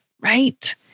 right